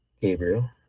gabriel